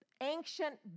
Ancient